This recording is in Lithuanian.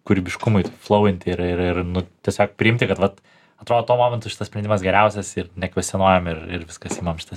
kūrybiškumui flouinti ir ir ir nu tiesiog priimti kad vat atrodo tuo momentu šitas sprendimas geriausias ir nekvestionuojam ir ir viskas imam šitą